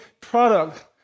product